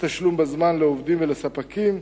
אי-תשלום בזמן לעובדים ולספקים,